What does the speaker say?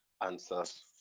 answers